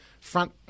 front